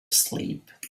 asleep